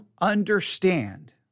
understand